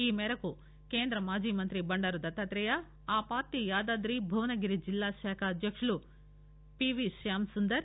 ఈ మేరకు మాజీ కేంద్రమంత్రి బండారు దత్తాత్రేయ ఆ పార్టీ యాదాద్రి భువనగిరి జిల్లా శాఖ అధ్యకుడు పీవీ శ్యామ్ సుందర్